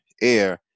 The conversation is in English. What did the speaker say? air